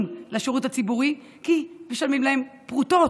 אבל הם לא באים לשירות הציבורי כי משלמים להם פרוטות.